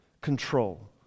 control